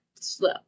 Slow